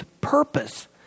purpose